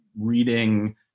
reading